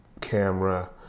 camera